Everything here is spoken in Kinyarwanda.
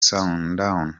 sundowns